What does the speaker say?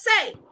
say